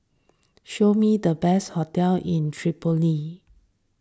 show me the best hotels in Tripoli